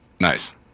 nice